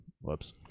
Whoops